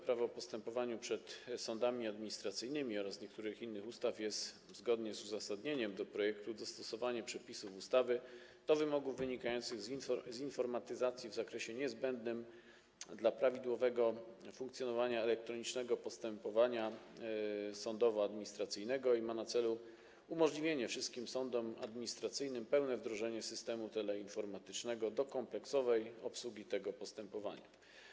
Prawo o postępowaniu przed sądami administracyjnymi oraz niektórych innych ustaw jest, zgodnie z uzasadnieniem projektu, dostosowanie przepisów ustawy do wymogów wynikających z informatyzacji w zakresie niezbędnym do prawidłowego funkcjonowania elektronicznego postępowania sądowoadministracyjnego i ma na celu umożliwienie wszystkim sądom administracyjnym pełne wdrożenie systemu teleinformatycznego do kompleksowej obsługi tego postępowania.